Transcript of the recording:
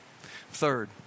Third